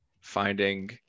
finding